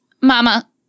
Mama